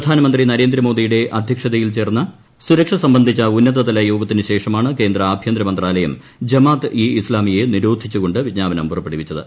പ്രധാനമന്ത്രി നരേന്ദ്രമോദിയുടെ അധ്യക്ഷതയിൽ ചേർന്ന സുരക്ഷ സംബന്ധിച്ച ഉന്നതതല യോഗത്തിന് ശേഷമാണ് കേന്ദ്ര ആഭ്യന്തരമന്ത്രാലയം ജമാത്ത് ഇ ഇസ്ലാമിയെ നിരോധിച്ച്കൊണ്ട് വിജ്ഞാപനം പുറപ്പെടുവിച്ചത്